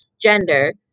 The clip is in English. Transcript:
gender